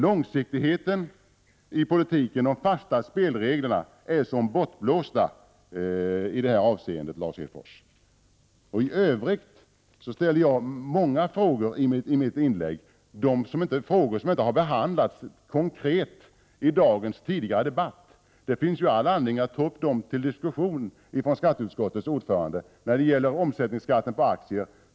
Långsiktigheten i politiken och de fasta spelreglerna är som bortblåsta i det här avseendet, Lars Hedfors. Jag tog i mitt inlägg upp många andra frågor, som inte konkret har behandlats i dagens tidigare debatt. Det finns all anledning för skatteutskottets ordförande att ta upp dessa frågor till diskussion. Det gäller t.ex. omsättningsskatten på aktier.